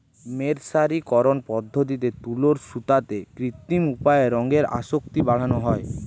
মের্সারিকরন পদ্ধতিতে তুলোর সুতোতে কৃত্রিম উপায়ে রঙের আসক্তি বাড়ানা হয়